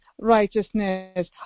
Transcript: righteousness